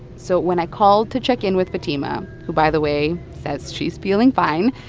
so when i called to check in with fatima, who, by the way, says she's feeling fine,